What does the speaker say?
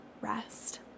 rest